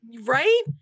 Right